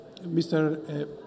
Mr